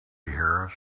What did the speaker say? harris